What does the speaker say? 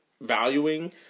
valuing